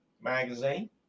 magazine